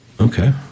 Okay